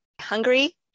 Hungry